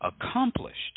accomplished